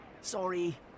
Sorry